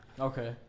okay